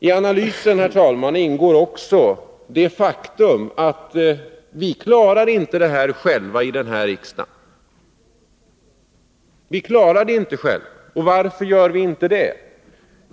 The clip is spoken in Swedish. I analysen ingår också det faktum att vi som sitter i riksdagen inte klarar detta själva. Och varför gör vi inte det?